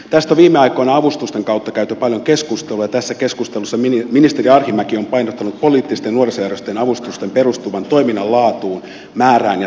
tästä on viime aikoina avustusten kautta käyty paljon keskustelua ja tässä keskustelussa ministeri arhinmäki on painottanut poliittisten nuorisojärjestöjen avustusten perustuvan toiminnan laatuun määrään ja taloudellisuuteen